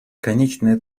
конечная